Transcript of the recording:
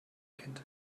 kind